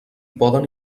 poden